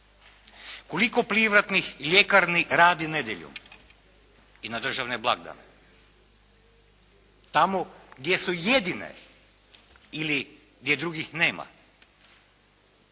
Koliko privatnih ljekarni radi nedjeljom i na državne blagdane? Tamo gdje su jedine ili gdje drugih nema.